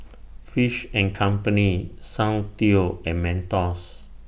Fish and Company Soundteoh and Mentos